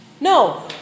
No